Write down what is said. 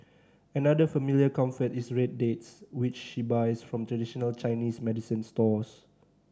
another familiar comfort is red dates which she buys from traditional Chinese medicine stores